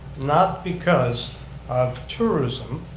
not because of tourism,